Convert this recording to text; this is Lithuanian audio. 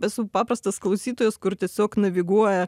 esu paprastas klausytojas kur tiesiog naviguoja